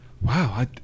Wow